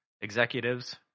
executives